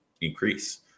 increase